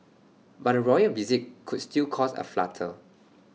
but A royal visit could still cause A flutter